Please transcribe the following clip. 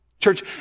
Church